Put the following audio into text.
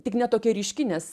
tik ne tokia ryški nes